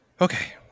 Okay